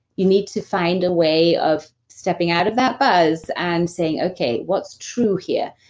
you need to find a way of stepping out of that buzz and saying, okay, what's true here?